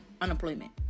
unemployment